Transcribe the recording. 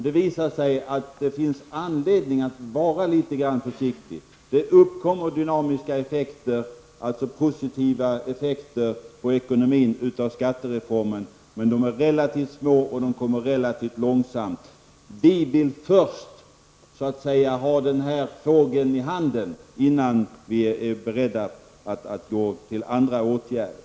Det visade sig dock att det finns anledning att vara litet grand försiktig. Det uppkommer dynamiska effekter, dvs. positiva effekter, på ekonomin av skattereformen men de är relativt små och de kommer relativt långsamt. Vi vill först ha den här fågeln i handen, så att säga, innan vi är beredda att vidta andra åtgärder.